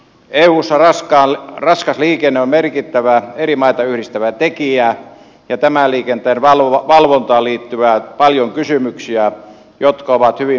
eussa raskas liikenne on merkittävä eri maita yhdistävä tekijä ja tämän liikenteen valvontaan liittyy paljon kysymyksiä jotka ovat hyvin moninaisia